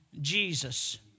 Jesus